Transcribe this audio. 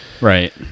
Right